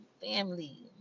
Family